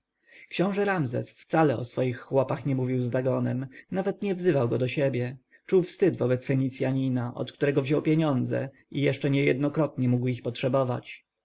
książę ramzes wcale o swoich chłopach nie mówił z dagonem nawet nie wzywał go do siebie czuł wstyd wobec fenicjanina od którego wziął pieniądze i jeszcze niejednokrotnie mógł ich potrzebować